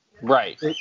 Right